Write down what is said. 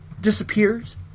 disappears